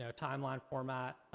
so timeline format.